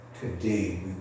today